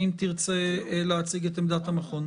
האם תרצה להציג את עמדת המכון?